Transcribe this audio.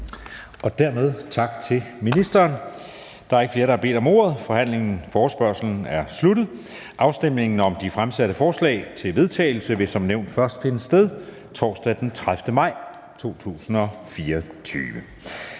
Dermed tak til ministeren. Da der ikke er flere, der har bedt om ordet, er forhandlingen afsluttet. Afstemningen om de fremsatte forslag til vedtagelse vil som nævnt først finde sted torsdag den 30. maj. 2024.